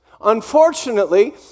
Unfortunately